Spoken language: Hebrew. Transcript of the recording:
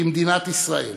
במדינת ישראל.